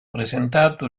presentato